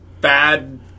bad